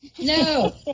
no